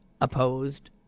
opposed